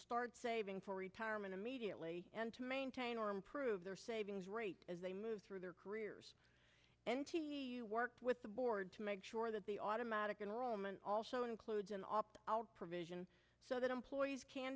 start saving for retirement immediately and to maintain or improve their savings rate as they move through their career work with the board to make sure that the automatic enrollment also includes an opt out provision so that employees